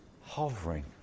hovering